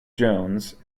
jones